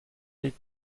les